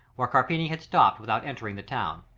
where carpini had stopped without entering the town.